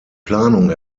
planung